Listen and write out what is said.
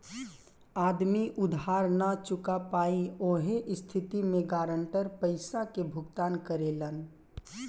आदमी उधार ना चूका पायी ओह स्थिति में गारंटर पइसा के भुगतान करेलन